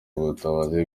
ubutabazi